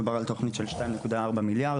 מדובר בתוכנית של 2.4 מיליארד,